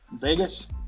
Vegas